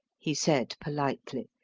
he said politely,